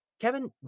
Kevin